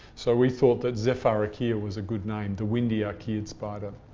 so we thought that zephyrarchaea was a good name, the windy archaeid spider.